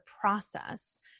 process